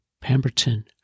Pemberton